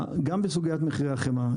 בסוגיית מחירי החמאה,